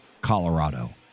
Colorado